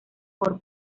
por